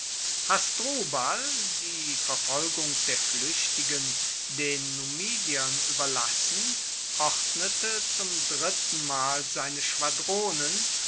hasdrubal die verfolgung der fluechtigen den numidiern ueberlassend ordnete zum drittenmal seine schwadronen